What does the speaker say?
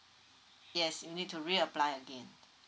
yes you need to reapply again